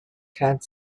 cut